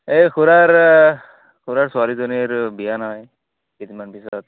এই খুৰাৰ খুৰাৰ ছোৱালীজনীৰ বিয়া নহয় কেইদিনমান পিছত